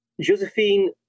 Josephine